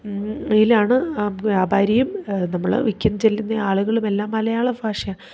ഇവയിലാണ് വ്യാപാരിയും നമ്മൾ വിൽക്കാൻ ചെല്ലുന്ന ആളുകളുമെല്ലാം മലയാള ഭാഷ